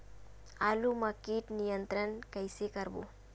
आलू मा कीट नियंत्रण कइसे करबो?